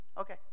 Okay